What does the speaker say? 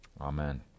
Amen